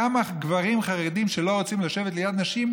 כמה גברים חרדים שלא רוצים לשבת ליד נשים,